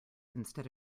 instead